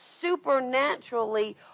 supernaturally